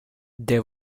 they